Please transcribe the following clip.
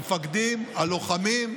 המפקדים, הלוחמים.